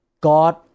God